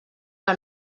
que